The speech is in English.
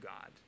God